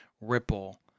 ripple